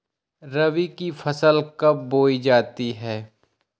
रबी की फसल कब बोई जाती है?